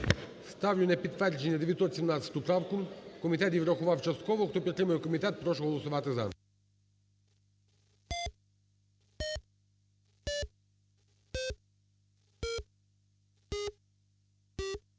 Ставлю на підтвердження 917 правку. Комітет її врахував частково. Хто підтримує комітет, прошу голосувати "за".